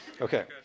Okay